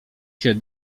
się